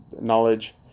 knowledge